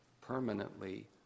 permanently